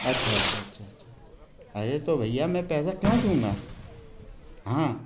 अच्छा अच्छा अच्छा अच्छा अरे तो भैया मैं पैसा क्यों दूँगा हाँ